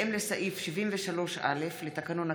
בהתאם לסעיף 73(א) לתקנון הכנסת,